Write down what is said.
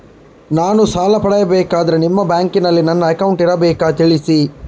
ನಾನು ಸಾಲ ಪಡೆಯಬೇಕಾದರೆ ನಿಮ್ಮ ಬ್ಯಾಂಕಿನಲ್ಲಿ ನನ್ನ ಅಕೌಂಟ್ ಇರಬೇಕಾ ತಿಳಿಸಿ?